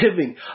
giving